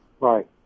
Right